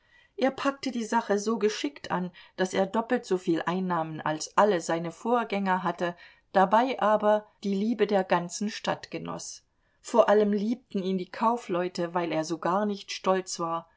er packte die sache so geschickt an daß er doppelt soviel einnahmen als alle seine vorgänger hatte dabei aber die liebe der ganzen stadt genoß vor allem liebten ihn die kaufleute weil er so gar nicht stolz war